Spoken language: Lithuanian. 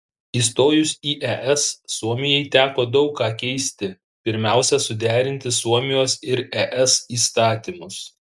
įstojus į es suomijai teko daug ką keisti pirmiausia suderinti suomijos ir es įstatymus